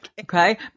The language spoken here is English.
Okay